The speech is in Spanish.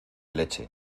leche